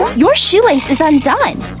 your shoelace is undone!